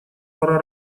пора